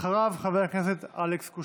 אחריו, חבר הכנסת אלכס קושניר.